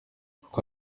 kuko